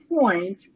point